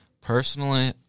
Personally